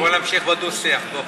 בוא נמשיך בדו-שיח.